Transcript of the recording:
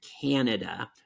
Canada